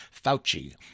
Fauci